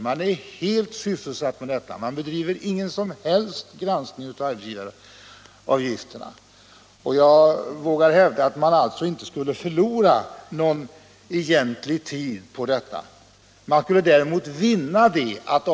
Man är helt sysselsatt med detta och bedriver ingen som helst granskning av IS arbetsgivaruppgifter. Jag vågar alltså hävda att man med mitt förslag egentligen inte skulle förlora någonting i tid.